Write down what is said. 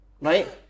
right